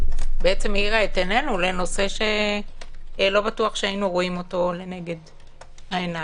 שהאירה את עינינו לנושא שלא בטוח שהיינו רואים אותו לנגד העיניים.